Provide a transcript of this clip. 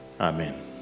amen